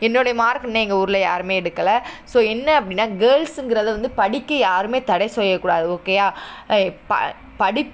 என்னுடைய மார்க் இன்னும் எங்கள் ஊரில் யாரும் எடுக்கலை ஸோ என்ன அப்படின்னா கேர்ள்ஸுங்கிறதை வந்து படிக்க யாரும் தடை செய்யக்கூடாது ஓகேவா படி